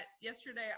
yesterday